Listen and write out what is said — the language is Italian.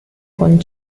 con